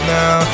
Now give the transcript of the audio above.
now